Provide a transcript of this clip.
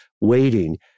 waiting